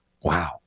Wow